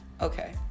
Okay